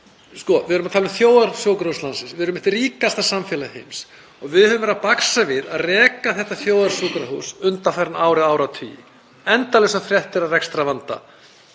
Við erum að tala um þjóðarsjúkrahús landsins. Við erum eitt ríkasta samfélag heims og við höfum verið að baksa við að reka þetta þjóðarsjúkrahús undanfarin ár eða áratugi. Endalausar fréttir af rekstrarvanda